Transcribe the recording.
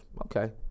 okay